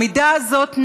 העמידה הזאת נגד,